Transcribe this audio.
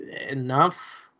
enough